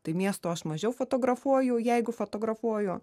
tai miestų aš mažiau fotografuoju jeigu fotografuoju